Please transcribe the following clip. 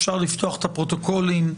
אפשר לפתוח את הפרוטוקולים,